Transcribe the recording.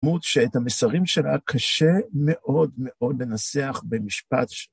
דמות שאת המסרים שלה קשה מאוד מאוד לנסח במשפט.